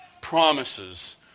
promises